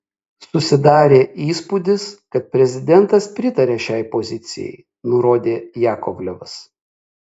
susidarė įspūdis kad prezidentas pritaria šiai pozicijai nurodė jakovlevas